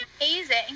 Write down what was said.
amazing